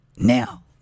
Now